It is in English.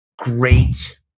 great